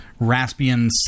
Raspbian